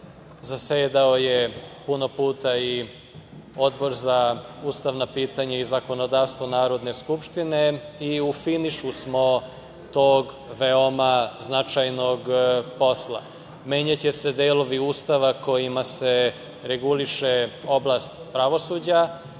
zasedao je puno puta i Odbor za ustavna pitanja i zakonodavstvo Narodne skupštine i u finišu smo tog veoma značajnog posla. Menjaće se delovi Ustava kojima se reguliše oblast pravosuđa